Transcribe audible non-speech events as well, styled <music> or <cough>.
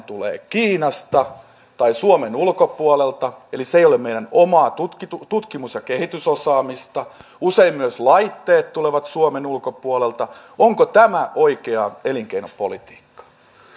<unintelligible> tulee kiinasta tai suomen ulkopuolelta eli se ei ole meidän omaa tutkimus tutkimus ja kehitysosaamistamme usein myös laitteet tulevat suomen ulkopuolelta onko tämä oikeaa elinkeinopolitiikkaa vielä edustaja